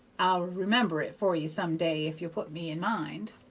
i'll remember it for ye some day if you'll put me in mind.